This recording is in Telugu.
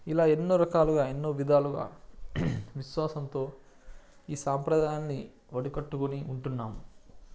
ఇలా ఎన్నో రకాలుగా ఎన్నో విధాలుగా విశ్వాసంతో ఈ సాంప్రదాయాన్ని వడి కట్టుకొని ఉంటున్నాం